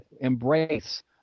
embrace